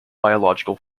biological